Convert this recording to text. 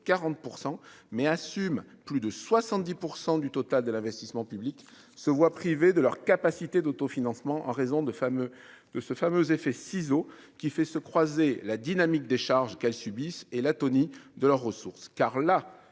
40 % mais assume plus de 70 % du total de l'investissement public se voient privés de leur capacité d'autofinancement en raison de femmes de ce fameux effet ciseaux qui fait se croiser la dynamique des charges qu'elles subissent et l'atonie de leurs ressources, car là,